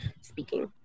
speaking